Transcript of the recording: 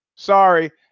Sorry